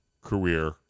career